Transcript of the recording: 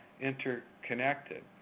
interconnected